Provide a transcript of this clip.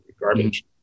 garbage